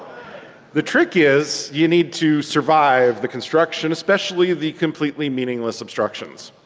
the trick is, you need to survive the construction especially the completely meaningless obstructions.